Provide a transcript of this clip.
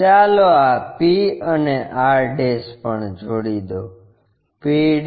ચાલો આ p અને r પણ જોડી દો p અને r